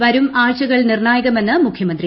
വരും ആഴ്ചകൾ നിർണ്ണായകമെന്ന് മുഖ്യമന്ത്രി